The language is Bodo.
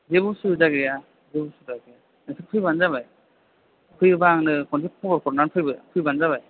जेबो उसुबिदा गैया जेबो उसुबिदा गैया नोंसोर फैब्लानो जाबाय फैयोब्ला आंनो खनसे खबर हरनानै फैब्ला फैब्लानो जाबाय